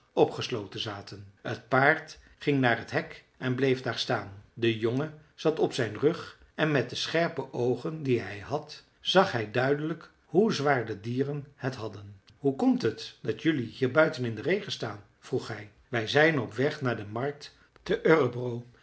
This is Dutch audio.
opgesloten zaten t paard ging naar het hek en bleef daar staan de jongen zat op zijn rug en met de scherpe oogen die hij had zag hij duidelijk hoe zwaar de dieren het hadden hoe komt het dat jelui hier buiten in den regen staan vroeg hij wij zijn op weg naar de markt te örebro